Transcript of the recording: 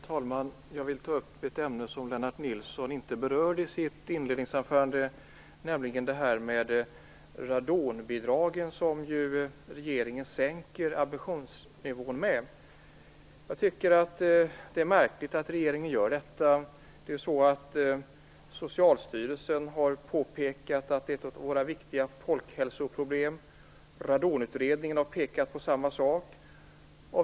Fru talman! Jag vill ta upp ett ämne som Lennart Nilsson inte berörde i sitt inledningsanförande, nämligen radonbidragen. Där sänker regeringen ambitionsnivån. Jag tycker att det är märkligt att regeringen gör detta. Socialstyrelsen har påpekat att det här är ett av våra viktiga folkhälsoproblem. Radonutredningen har pekat på samma sak.